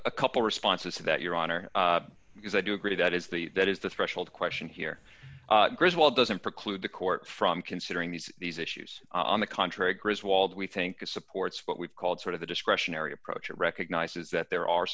a couple responses to that your honor because i do agree that is the that is the threshold question here is well doesn't preclude the court from considering these these issues on the contrary griswold we think it supports what we've called sort of the discretionary approach it recognizes that there are